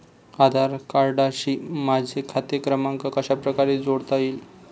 आधार कार्डशी माझा खाते क्रमांक कशाप्रकारे जोडता येईल?